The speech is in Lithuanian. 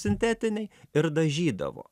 sintetiniai ir dažydavo